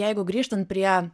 jeigu grįžtant prie